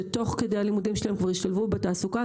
שתוך כדי הלימודים שלהם כבר ישתלבו בתעסוקה.